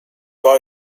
war